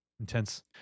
Intense